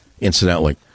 incidentally